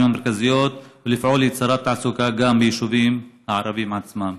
המרכזיות ולפעול ליצירת תעסוקה גם ביישובים הערביים עצמם.